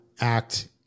act